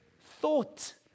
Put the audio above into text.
thought